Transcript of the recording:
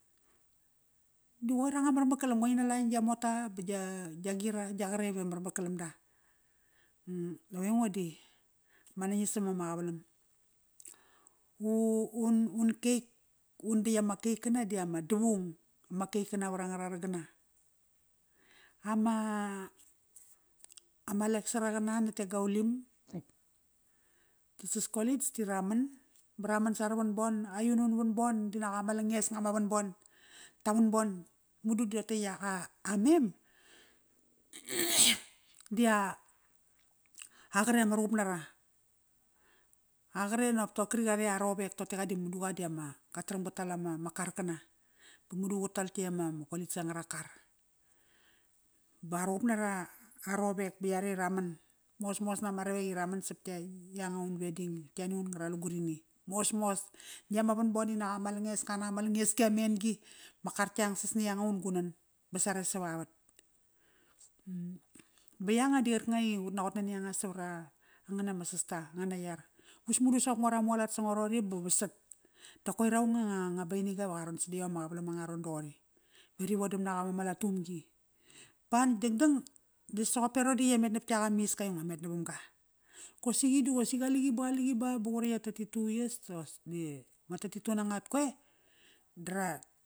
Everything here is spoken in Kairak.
Di qoir anga marmarkalam, qoi ngi na la gia mota, ba gia, gia gira gia qare i marmarkalam da. Dap aingo di ma nangis am ama qavalam. U, un cake, un ditk ama cake kana di ama davung ma cake kana varangararang gana. Ama, ama lecturer qana net e Gaulim, Teachers College di ra man, ba raman sara vanibon. Aiun un vanbon di nak ama langesnga ma vanbon. Ta vanbon madu di roqote i iak a mem dia qre ama ruqup nara. A qre nak torqri qrare a rowek toqote qa di madu qa di qa taramgal tal ama kar kana. Ba madu qa tal ietk ama kolis angara kar. Ba ruqup nara a arowek ba yare i raman, mosmos nama ravek i raman sap ianga un wedding, yani un ngara lugurini. Mosmos, nitk ama vanbon di nak ama langes nga, nak ama langeski amengi. Ma kar yangsas ni yanga un gunan. Ba sare savavat. Ba yanga di qarkanga i ut naqot nani anga savarangan ama sasta angana iar. Vus madu soqop ngo i ramualat sango roqori ba vasat. Dap koir aung anga Baini-ga iva qa ron sada iom ama qavalam angat aron doqori ve ri vodam naqa vama latumgi. Ba natk dangdang, di soqop e Rodi ia met nap yak amiska i ngo met navam ga. Qosi qi diqosi qaliqi ba qaliqi ba, ba qure i ya thirty-two years, das di ma thirty-two nanga at qoe, da ra